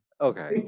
Okay